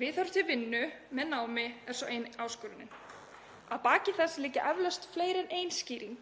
Viðhorf til vinnu með námi er svo ein áskorunin. Að baki því liggja eflaust fleiri en ein skýring